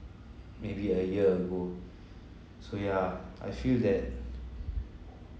maybe a year ago so ya I feel that